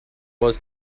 was